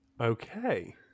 Okay